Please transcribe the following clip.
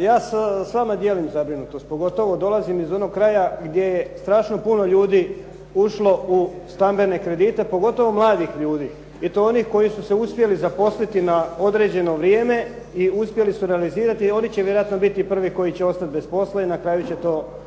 ja s vama dijelim zabrinutost, pogotovo dolazim iz onog kraja gdje je strašno puno ljudi ušlo u stambene kredite pogotovo mladih ljudi i to onih koji su se uspjeli zaposliti na određeno vrijeme i uspjeli su realizirati. Oni će vjerojatno biti prvi koji će ostati bez posla i na kraju će to tako biti